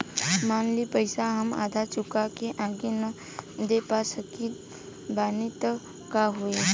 मान ली पईसा हम आधा चुका के आगे न दे पा सकत बानी त का होई?